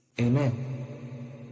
Amen